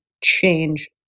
change